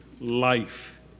life